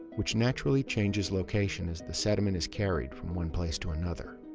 which naturally changes location as the sediment is carried from one place to another.